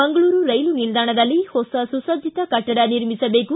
ಮಂಗಳೂರು ರೈಲು ನಿಲ್ದಾಣದಲ್ಲಿ ಹೊಸ ಸುಸಜ್ಜೆತ ಕಟ್ಟಡ ನಿರ್ಮಿಸಬೇಕು